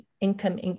income